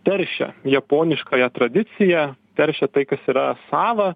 teršia japoniškąją tradiciją teršia tai kas yra sava